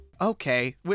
Okay